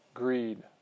greed